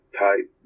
type